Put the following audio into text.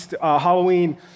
Halloween